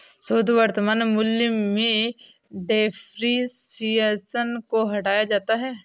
शुद्ध वर्तमान मूल्य में डेप्रिसिएशन को घटाया जाता है